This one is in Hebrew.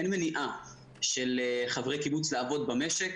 אין מניעה של חברי קיבוץ לעבוד במשק,